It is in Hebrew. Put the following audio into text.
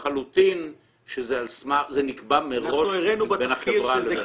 לחלוטין שזה נקבע מראש בין החברה לבין --- אנחנו הראינו בתחקיר שזה